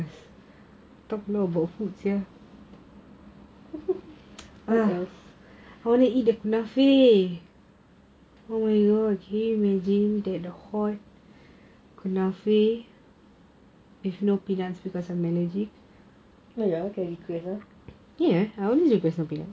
what else ah yes can request ah